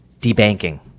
debanking